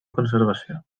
conservació